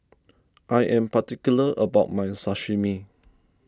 I am particular about my Sashimi